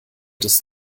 des